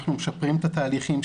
אנחנו משפרים את התהליכים,